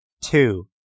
Two